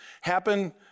happen